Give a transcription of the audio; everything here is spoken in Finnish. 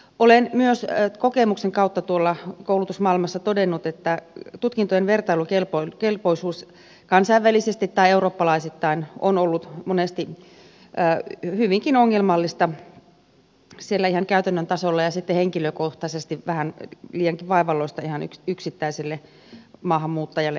olen myös kokemuksen kautta tuolla koulutusmaailmassa todennut että tutkintojen vertailukelpoisuus kansainvälisesti tai eurooppalaisittain on ollut monesti hyvinkin ongelmallista siellä ihan käytännön tasolla ja sitten henkilökohtaisesti vähän liiankin vaivalloista ihan yksittäiselle maahanmuuttajalle esimerkiksi